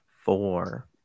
four